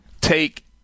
take